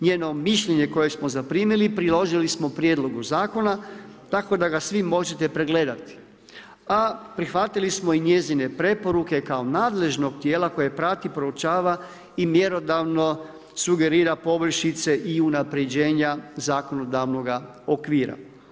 Njeno mišljenje koje smo zaprimili priložili smo prijedlogu zakona tako da ga svi možete pregledati, a prihvatili smo i njezine preporuke kao nadležnog tijela koje prati, proučava i mjerodavno sugerira poboljšice i unapređenja zakonodavnog okvira.